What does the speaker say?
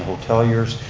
hoteliers,